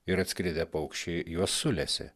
ir atskridę paukščiai juos sulesė